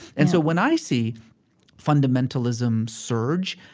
and so when i see fundamentalism surge,